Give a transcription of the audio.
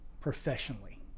professionally